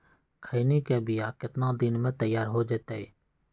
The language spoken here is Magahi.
खैनी के बिया कितना दिन मे तैयार हो जताइए?